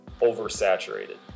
oversaturated